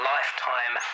Lifetime